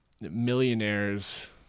millionaires